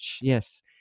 Yes